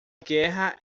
guerra